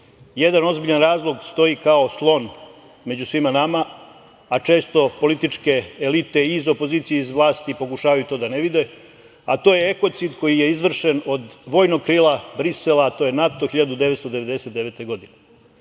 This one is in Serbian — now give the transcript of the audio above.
jedan ozbiljan razlog stoji kao slon među svima nama, a često političke elite iz opozicije i iz vlasti pokušavaju to da ne vide, a to je ekocid koji je izvršen od vojnoj krila Brisela, a to je NATO, 1999. godine. Oni